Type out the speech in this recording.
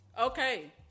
okay